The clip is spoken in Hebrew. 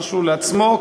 משהו לעצמו,